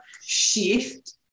shift